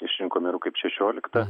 išrinko meru kaip šešioliktą